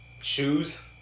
shoes